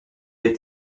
les